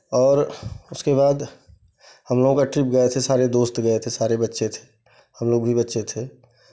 और उसके बाद हम लोगों का ट्रिप गए थे सारे दोस्त गए थे सारे बच्चे थे हम लोग भी बच्चे थे